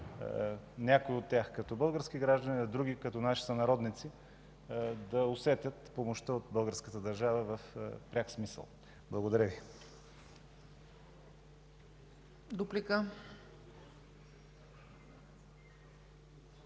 някои от тях като български граждани, а други – като наши сънародници, да усетят помощта от българската държава в пряк смисъл. Благодаря.